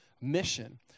mission